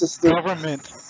government